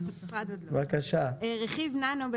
רכיב ננו,